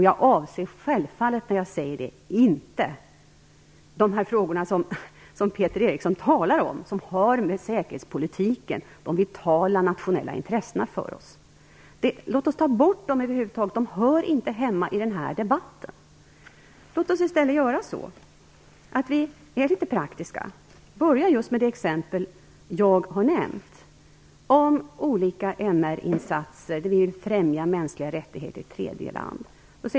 Jag avser självfallet när jag säger det inte de frågor som Peter Eriksson talar om som har med säkerhetspolitiken och de vitala nationella intressena att göra. Låt oss ta bort dem över huvud taget. De hör inte hemma i denna debatt. Låt oss i stället vara litet praktiska och börja just med det exempel jag har nämnt om olika MR-insatser där vi vill främja mänskliga rättigheter i tredje land.